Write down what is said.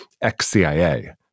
ex-CIA